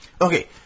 Okay